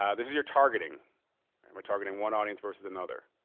um this is your targeting and we're targeting one audience versus another.